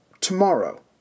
tomorrow